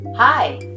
Hi